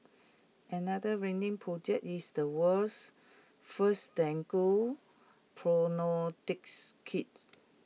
another winning project is the world's first dengue kits